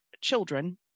children